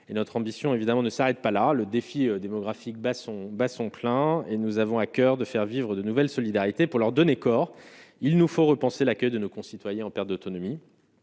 évidemment ne s'arrête pas là le défi démographique Basson bat son plein et nous avons à coeur de faire vivre de nouvelles solidarités pour leur donner corps, il nous faut repenser l'accueil de nos concitoyens, en perte d'autonomie,